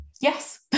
yes